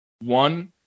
one